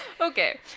okay